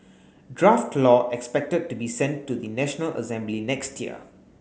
draft law expected to be sent to the National Assembly next year